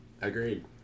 Agreed